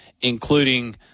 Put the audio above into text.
including